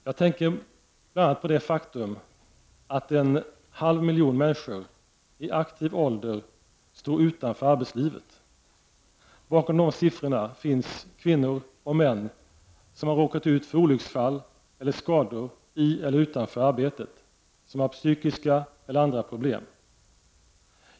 Jag tänker bl.a. på det faktum att en halv miljon människor i aktiv ålder står utanför arbetslivet. Bakom dessa siffror finns kvinnor och män som har råkat ut för olycksfall eller skador i eller utanför arbetet, som har psykiska eller andra problem.